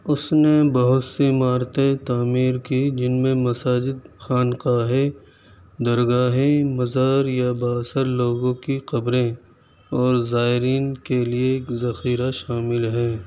اس نے بہت سی عمارتیں تعمیر کی جن میں مساجد خانقاہیں درگاہیں مزار یا بااثر لوگوں کی قبریں اور زائرین کے لیے ایک ذخیرہ شامل ہیں